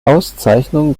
auszeichnung